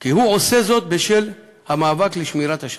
כי הוא עושה זאת בשל המאבק לשמירת השבת,